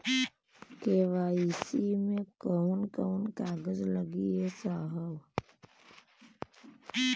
KYC मे कवन कवन कागज लगी ए साहब?